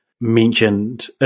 mentioned